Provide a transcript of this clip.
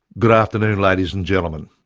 good afternoon ladies and gentlemen.